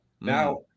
Now –